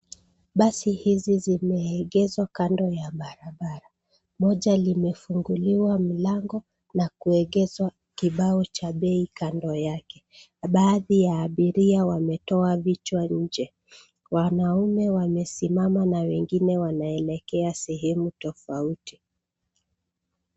Basi hizi zimeegeshwa kando ya barabara moja limefunguliwa mlango na kuegezwa kibao cha bei kando yake. Baadhi ya abiria wametoa vichwa nje wanaume wamesimama na wengine wanaelekea sehemu tofauti.